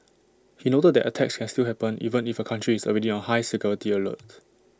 he noted that attacks can still happen even if A country is already on high security alert